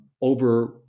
over